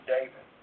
David